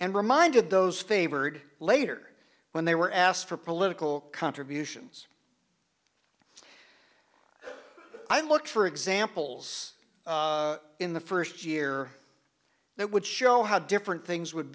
and reminded those favored later when they were asked for political contributions i looked for examples in the first year that would show how different things would